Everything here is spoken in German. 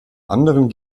anderen